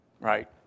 right